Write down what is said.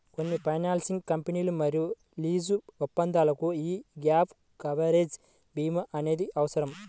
కొన్ని ఫైనాన్సింగ్ కంపెనీలు మరియు లీజు ఒప్పందాలకు యీ గ్యాప్ కవరేజ్ భీమా అనేది అవసరం